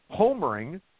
homering